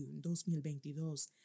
2022